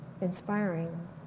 inspiring